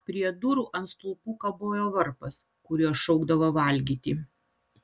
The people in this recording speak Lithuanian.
prie durų ant stulpų kabojo varpas kuriuo šaukdavo valgyti